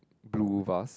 blue vase